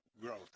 growth